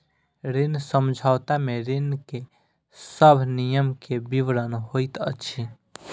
ऋण समझौता में ऋण के सब नियम के विवरण होइत अछि